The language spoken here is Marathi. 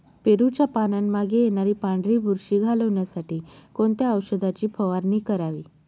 पेरूच्या पानांमागे येणारी पांढरी बुरशी घालवण्यासाठी कोणत्या औषधाची फवारणी करावी?